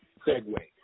segue